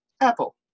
Apple